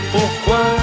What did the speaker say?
Pourquoi